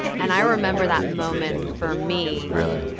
and i remember that moment for me. really.